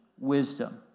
wisdom